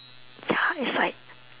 ya it's like